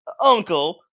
uncle